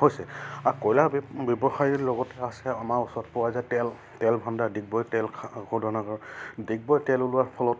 হৈছে আৰু কয়লাৰ ব্যৱসায়ীৰ লগতে আছে আমাৰ ওচৰত পোৱা যায় তেল তেল ভাণ্ডাৰ দিগবৈ তেল শৌধনাগৰ ডিগবৈ তেল ওলোৱাৰ ফলত